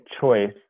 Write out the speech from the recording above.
choice